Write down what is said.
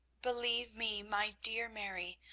believe me, my dear mary,